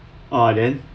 ah then